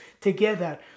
together